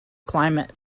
climate